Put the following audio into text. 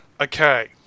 Okay